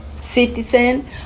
citizen